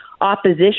opposition